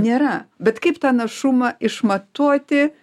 nėra bet kaip tą našumą išmatuoti